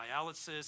dialysis